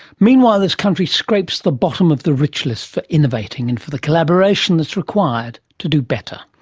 meanwhile, this country scrapes the bottom of the rich list for innovating and for the collaboration that's required to do better.